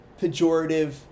pejorative